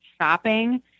shopping